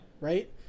Right